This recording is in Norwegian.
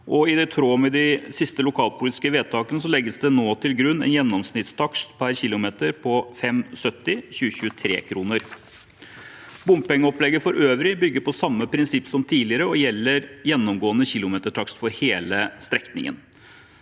I tråd med de siste lokalpolitiske vedtakene legges det nå til grunn en gjennomsnittstakst per kilometer på 5,70 i 2023-kroner. Bompengeopplegget for øvrig bygger på samme prinsipp som tidligere og gjelder gjennomgående kilometertakst for hele strekningen.